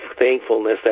thankfulness